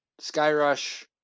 Skyrush